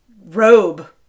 robe